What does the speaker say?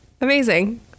amazing